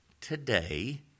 today